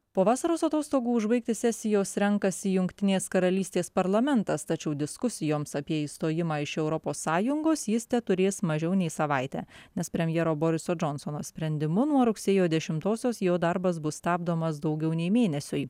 po vasaros atostogų užbaigti sesijos renkasi jungtinės karalystės parlamentas tačiau diskusijoms apie išstojimą iš europos sąjungos jis teturės mažiau nei savaitę nes premjero boriso džonsono sprendimu nuo rugsėjo dešimtosios jo darbas bus stabdomas daugiau nei mėnesiui